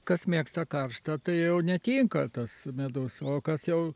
kas mėgsta karštą tai netinka tas medus o kas jau